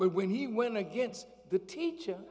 but when he went against the teacher